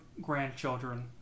Grandchildren